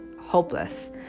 hopeless